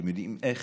אתם יודעים איך?